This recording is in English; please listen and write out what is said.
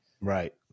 Right